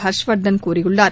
ஹர்ஷ்வர்தன் கூறியுள்ளார்